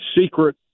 secret